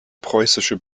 preußische